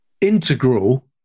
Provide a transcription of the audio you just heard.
integral